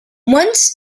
once